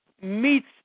meets